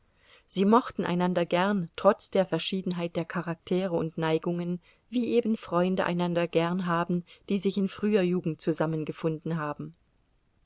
sie mochten einander gern trotz der verschiedenheit der charaktere und neigungen wie eben freunde einander gern haben die sich in früher jugend zusammengefunden haben